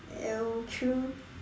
!eww! true